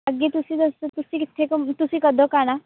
ਅੱਗੇ ਤੁਸੀਂ ਦੱਸੋ ਤੁਸੀਂ ਕਿੱਥੇ ਕੁ ਹੋ ਤੁਸੀਂ ਕਦੋਂ ਕੁ ਆਉਣਾ